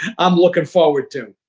i'm looking forward to.